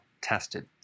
tested